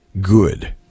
good